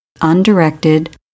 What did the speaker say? Undirected